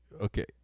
okay